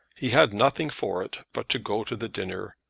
he had nothing for it but to go to the dinner,